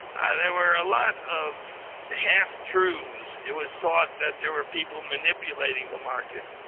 ah there were a lot of half-truths. it was thought that there were people manipulating the market.